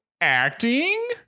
acting